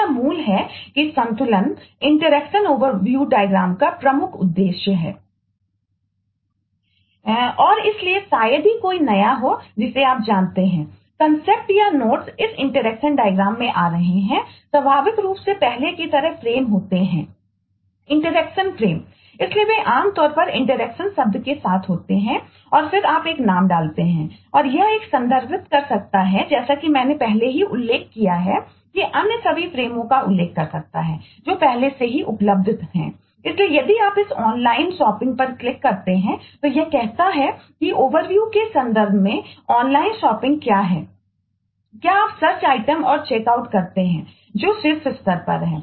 तो यह मूल है कि संतुलन इंटरेक्शन ओवरव्यू डायग्राम का मूल उद्देश्य है और इसलिए शायद ही कोई नया हो जिसे आप जानते हैं कंसेप्ट करते हैं जो शीर्ष स्तर पर है